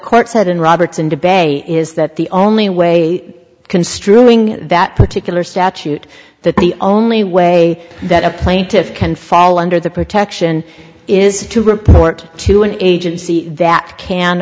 court said in roberts and debate is that the only way construing that particular statute that the only way that a plaintiff can fall under the protection is to report to an agency that can